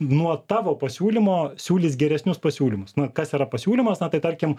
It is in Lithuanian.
nuo tavo pasiūlymo siūlys geresnius pasiūlymus na kas yra pasiūlymas na tai tarkim